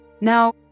Now